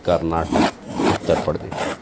Karnataka Uttar Pradesh